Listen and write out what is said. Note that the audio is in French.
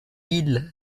île